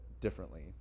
differently